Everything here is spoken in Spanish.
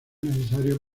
necesario